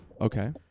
Okay